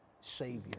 Savior